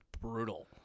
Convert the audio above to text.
brutal